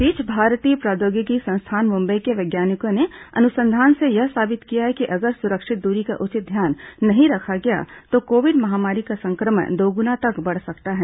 इस बीच भारतीय प्रौद्योगिकी संस्थान मुंबई के वैज्ञानिकों ने अनुसंधान से यह साबित किया है कि अगर सुरक्षित दूरी का उचित ध्यान नहीं रखा गया तो कोविड महामारी का संक्रमण दोगुना तक बढ़ सकता है